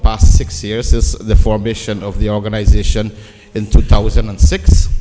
past six years since the formation of the organization in two thousand and six